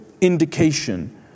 indication